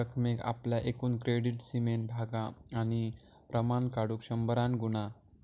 एकूण बाकी रकमेक आपल्या एकूण क्रेडीट सीमेन भागा आणि प्रमाण काढुक शंभरान गुणा